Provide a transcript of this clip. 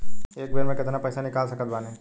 एक बेर मे केतना पैसा निकाल सकत बानी?